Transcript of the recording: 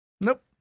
Nope